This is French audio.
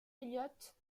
elliott